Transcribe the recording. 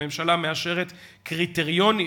הממשלה מאשרת קריטריונים,